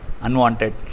unwanted